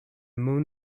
moon